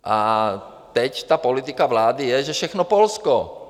A teď ta politika vlády je, že všechno Polsko.